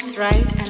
Right